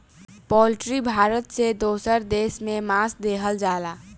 poultry Bharat से दोसर देश में मांस देहल जाला